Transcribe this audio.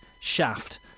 shaft